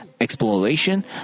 exploration